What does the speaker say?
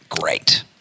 Great